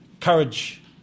courage